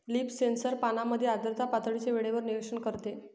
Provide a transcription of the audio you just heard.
leaf sensor पानांमधील आर्द्रता पातळीचे वेळेवर निरीक्षण करते